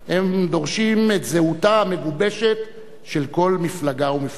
הם דורשים את זהותה המגובשת של כל מפלגה ומפלגה.